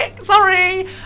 Sorry